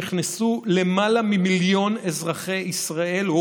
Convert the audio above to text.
נכנסו למעלה ממיליון אזרחי ישראל לבידוד,